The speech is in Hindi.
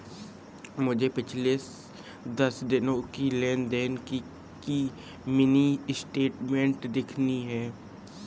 मुझे पिछले दस दिनों की लेन देन की मिनी स्टेटमेंट देखनी है